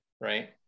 Right